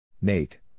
Nate